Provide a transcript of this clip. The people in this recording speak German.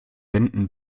wenden